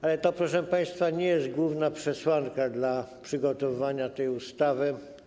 Ale to, proszę państwa, nie jest główna przesłanka dla przygotowywania tej ustawy.